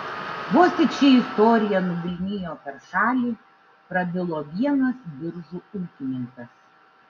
vos tik ši istorija nuvilnijo per šalį prabilo vienas biržų ūkininkas